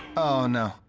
oh, no.